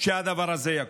שהדבר הזה יקום.